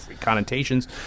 connotations